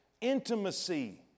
Intimacy